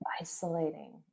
isolating